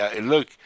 look